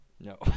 No